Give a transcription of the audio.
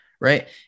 Right